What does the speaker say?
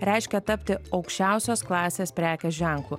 reiškia tapti aukščiausios klasės prekės ženklu